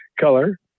color